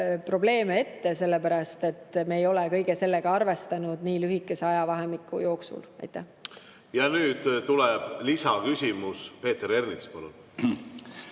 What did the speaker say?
probleeme ette, sellepärast et me ei ole kõige sellega arvestanud nii lühikese ajavahemiku jooksul. Nüüd tuleb lisaküsimus. Peeter Ernits, palun!